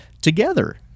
together